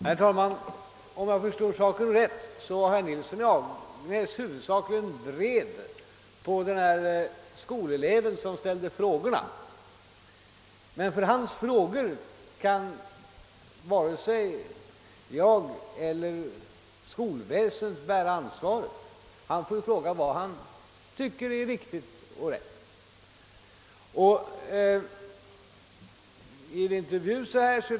Herr talman! Om jag förstår saken rätt är herr Nilsson i Agnäs vred huvudsakligen på den skolelev som ställde frågorna. Men för hans frågor kan varken jag eller skolväsendet bära ansvaret. Denne får fråga vad han tycker är riktigt och rätt.